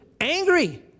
angry